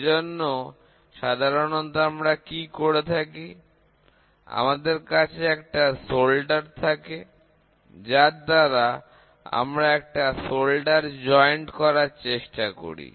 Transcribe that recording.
সেজন্য সাধারণত আমরা কি করে থাকি আমাদের কাছে একটা সোল্ডার থাকে যার দ্বারা আমরা একটা সোল্ডার সংযোগ করার চেষ্টা করি